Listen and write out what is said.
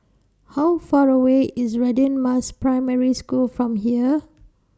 How Far away IS Radin Mas Primary School from here